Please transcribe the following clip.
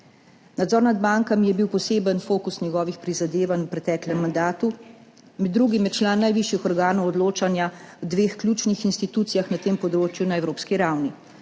Nadzor nad bankami je bil poseben fokus njegovih prizadevanj v preteklem mandatu, med drugim je član najvišjih organov odločanja v dveh ključnih institucijah na tem področju na evropski ravni,